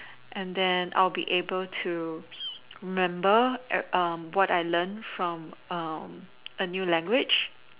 and then I'll be able to remember every~ um what I learn from um a new language